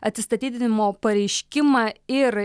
atsistatydinimo pareiškimą ir